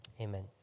amen